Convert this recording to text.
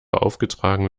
aufgetragen